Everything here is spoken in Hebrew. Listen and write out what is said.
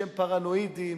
שהם פרנואידים.